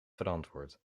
verantwoord